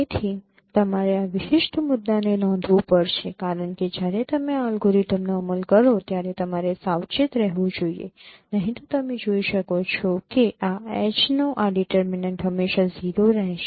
તેથી તમારે આ વિશિષ્ટ મુદ્દાને નોંધવું પડશે કારણ કે જ્યારે તમે આ અલ્ગોરિધમનો અમલ કરો ત્યારે તમારે સાવચેત રહેવું જોઈએ નહીં તો તમે જોઈ શકો છો કે આ H નો આ ડિટરમીનેન્ટ હંમેશા 0 રહેશે